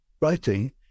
writing